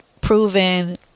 proven